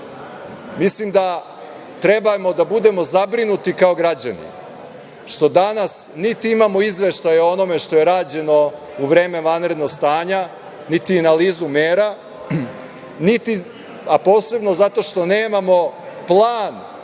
da treba da budemo zabrinuti kao građani što danas niti imamo izveštaj o onome što je rađeno u vreme vanrednog stanja, niti analizu mera, a posebno zato što nemamo plan